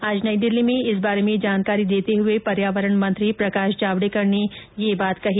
आज नई दिल्ली में इस बारे में जानकारी देते हुए पर्यावरण मंत्री प्रकाश जावड़ेकर ने यह बात कही